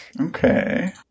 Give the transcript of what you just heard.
Okay